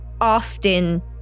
often